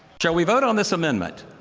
shall we vote on this amendment?